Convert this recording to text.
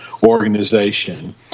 organization